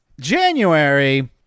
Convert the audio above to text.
January